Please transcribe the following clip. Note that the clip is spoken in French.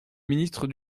ministre